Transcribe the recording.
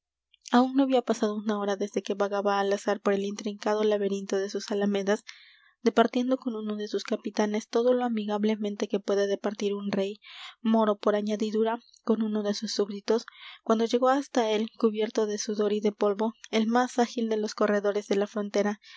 aún no había pasado una hora desde que vagaba al azar por el intrincado laberinto de sus alamedas departiendo con uno de sus capitanes todo lo amigablemente que puede departir un rey moro por añadidura con uno de sus súbditos cuando llegó hasta él cubierto de sudor y de polvo el más ágil de los corredores de la frontera